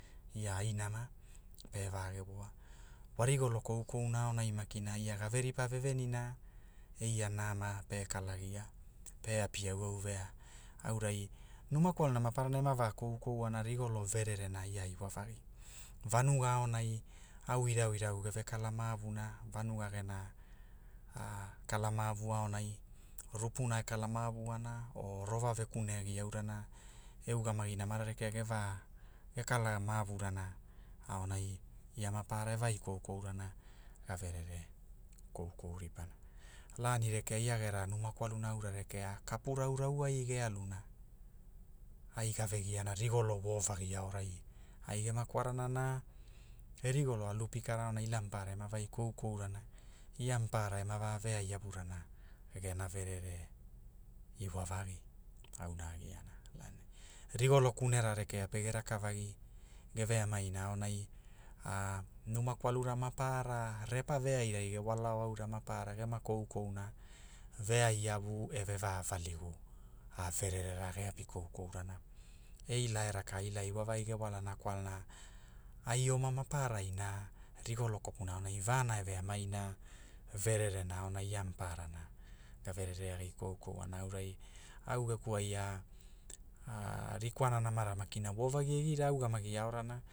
Ia ainana, pe vagevoa, wa rigolo koukouna aonai makina ia gave ripa ve venina, eia nama pe kalagia, pe api auau vea, aurai numa kwaluna maparana ema va koukouana rigolo vererana ia iwavagi vanuga aonai, au irau irau ge ve kala mavuna vanuga gena, kala mavu aonai, rupuna e kala mavuana, o rova rekuneagi aurana e ugamagi namararekea ge va, ge kala mavurana, aonai, ia maparara e vai koukourana, ga verere, koukou ripana. Lani rekea ia gera numa kwaluna aura rekea kapu raurau ai ge aluna, ai gave giana rigolo vo vagi aorai, ai gema kwarana na, e rigolo alu pikana aonai ila mapara ema vai koukourana, ia maparara ema va vea iavurana, gena verere, iwavagi, auna agiana rigolo kunera rekea pege raka vagi, ge ve amaina aonai numa kwalura maparara repa veairai ge walao aura maparara gema koukouna, vea iavu e veva valigu a verere ra ge api koukourana, e ila ge walana kwalana, ai oma maparara na, rigolo kopuna aonai vana e veamaina, vererena aonai ia maparana,. ga verere agi koukouana aurai au geku ai a, rikwana namara makina wovagi egira a ugamagi aorana.